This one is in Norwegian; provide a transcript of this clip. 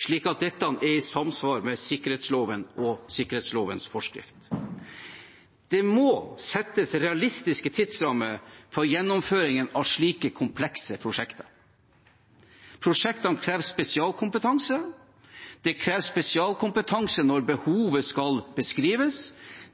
slik at dette er i samsvar med sikkerhetsloven og sikkerhetslovens forskrift. Det må settes realistiske tidsrammer for gjennomføringen av slike komplekse prosjekter. Prosjektene krever spesialkompetanse. Det kreves spesialkompetanse når behovet skal beskrives.